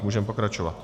Můžeme pokračovat.